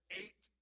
eight